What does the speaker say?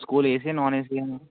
school AC ఆ non AC ఆ